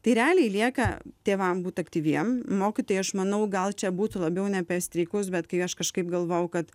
tai realiai lieka tėvam būt aktyviem mokytojai aš manau gal čia būtų labiau ne apie streikus bet kai aš kažkaip galvojau kad